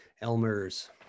Elmer's